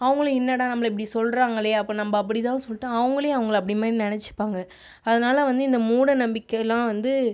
அவங்களும் என்னடா நம்மளை இப்படி சொல்கிறாங்களே அப்போ நம்ம அப்படி தான் சொல்லிட்டு அவங்களே அவங்கள அப்படியுமே நினச்சிப்பாங்க அதனால் வந்து இந்த மூடநம்பிக்கையெல்லாம் வந்து